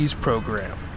Program